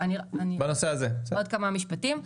עוד כמה משפטים.